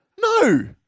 No